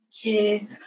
Okay